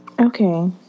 Okay